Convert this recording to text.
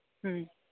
ꯎꯝ